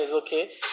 okay